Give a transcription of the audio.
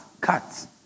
cuts